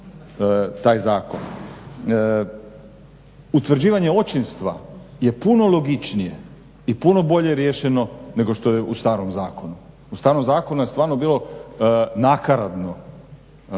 taj zakon. Utvrđivanje očinstva je puno logičnije i puno bolje riješeno nego što je u starom zakonu. U starom zakonu je stvarno bilo nakaradno